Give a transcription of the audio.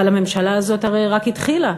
אבל הרי הממשלה הזאת רק התחילה,